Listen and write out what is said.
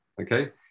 okay